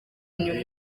inyuma